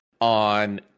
on